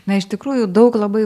na iš tikrųjų daug labai